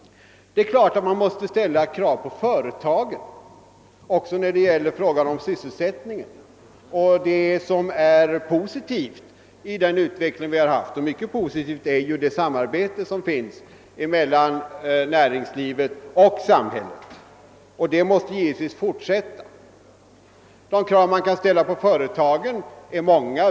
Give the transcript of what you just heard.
Det är klart att man måste ställa krav på företagen också när det gäller frågan om sysselsättningen. En mycket positiv sak i den utveckling som vi har haft är det samarbete som förekommer mellan näringslivet och samhället. Detta samarbete måste givetvis fortsätta. De krav som kan ställas på företagen är många.